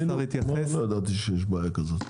לא ידעתי שיש בעיה כזאת.